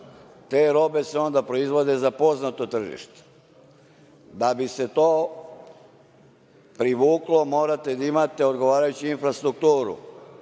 Te robe se onda proizvode za poznato tržište. Da bi se to privuklo morate da imate odgovarajuću infrastrukturu,